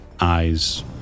Eyes